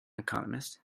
economist